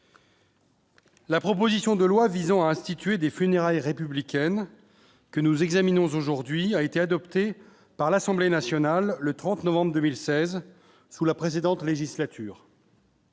La proposition de loi visant à instituer des funérailles républicaine que nous examinons aujourd'hui a été adopté par l'Assemblée nationale le 30 novembre 2016 sous la précédente législature.